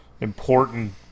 important